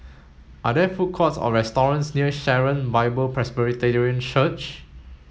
are there food courts or restaurants near Sharon Bible Presbyterian Church